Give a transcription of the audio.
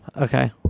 Okay